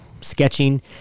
sketching